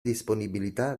disponibilità